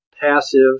passive